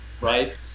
right